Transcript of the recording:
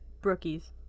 brookies